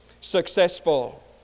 successful